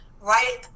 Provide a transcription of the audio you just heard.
right